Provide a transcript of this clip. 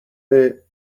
head